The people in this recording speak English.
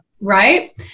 Right